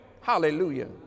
hallelujah